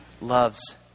loves